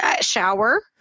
shower